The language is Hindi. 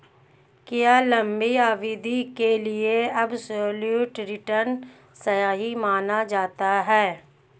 क्या लंबी अवधि के लिए एबसोल्यूट रिटर्न सही माना जाता है?